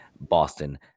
Boston